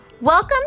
Welcome